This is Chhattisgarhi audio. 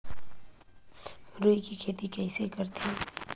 रुई के खेती कइसे करथे?